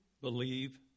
believe